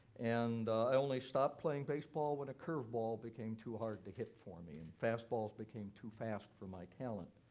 and i only stopped playing baseball when a curveball became too hard to hit for me and fastballs became too fast for my talent.